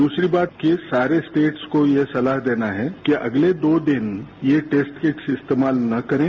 दूसरी बात कि सारे स्टेट्स को ये सलाह देना है कि अगले दो दिन टेस्ट किट्स इस्तेमाल न करें